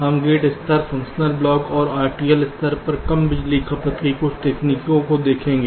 हम गेट स्तर functional block और RTL स्तर पर कम बिजली खपत की कुछ तकनीकों को देखेंगे